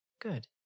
Good